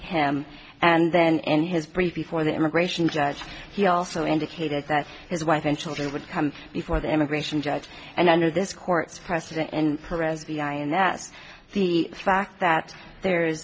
him and then in his brief before the immigration judge he also indicated that his wife and children would come before the immigration judge and under this court's precedent and press the ins the fact that there is